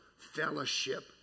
fellowship